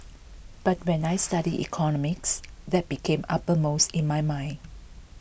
but when I studied economics that became uppermost in my mind